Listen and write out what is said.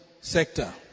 sector